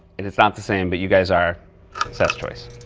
and it's not the same, but you guys are seth's choice.